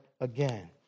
again